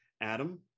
Adam